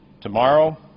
tomorrow